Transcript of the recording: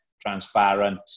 transparent